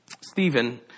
Stephen